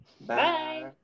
Bye